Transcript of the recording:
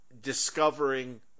discovering